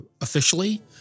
officially